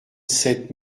sept